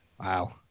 Wow